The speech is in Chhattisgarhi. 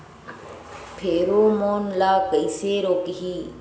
फेरोमोन ला कइसे रोकही?